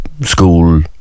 school